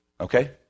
Okay